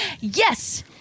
Yes